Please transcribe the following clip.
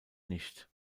nicht